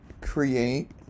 create